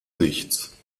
nichts